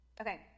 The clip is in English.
Okay